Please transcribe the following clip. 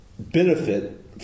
benefit